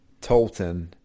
Tolton